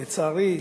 לצערי,